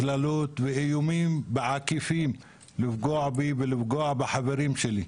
קללות ואיומים בעקיפין כדי לפגוע בי ובחברים שלי.